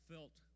felt